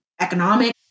economic